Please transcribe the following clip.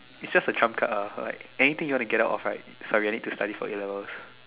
is just a Trump card ah like anything you want to get out of right sorry I need to study for a-levels